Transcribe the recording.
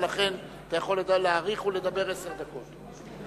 ולכן אתה יכול להאריך ולדבר עשר דקות.